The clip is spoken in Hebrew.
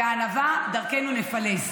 בענווה דרכנו נפלס.